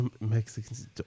Mexicans